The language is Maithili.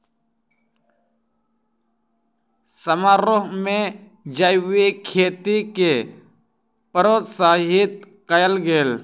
समारोह में जैविक खेती के प्रोत्साहित कयल गेल